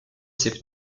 ses